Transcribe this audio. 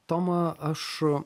toma aš